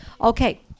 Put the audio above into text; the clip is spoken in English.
okay